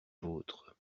vôtres